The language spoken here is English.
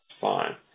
fine